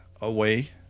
away